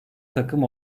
takım